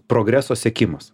progreso sekimas